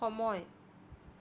সময়